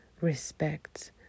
respect